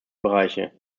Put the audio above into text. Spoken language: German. bereiche